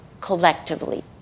collectively